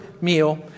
meal